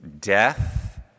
death